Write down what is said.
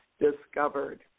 discovered